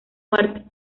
muerte